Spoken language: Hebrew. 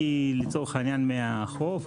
לצורך העניין מהחוף,